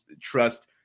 trust